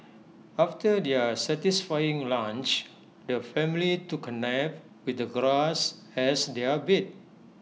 after their satisfying lunch the family took A nap with the grass as their bed